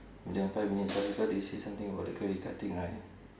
then five minutes after they said something about the credit card thing right